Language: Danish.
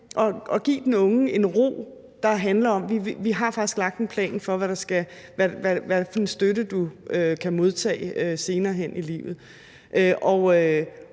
at give den unge en ro, der handler om, at der faktisk er lagt en plan for, hvilken støtte den unge kan modtage senere hen i livet.